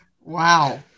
Wow